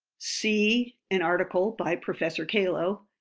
see, an article by professor calo,